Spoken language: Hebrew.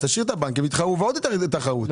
תביא את הבנקים, יתחרו, ועוד יותר תהיה תחרות.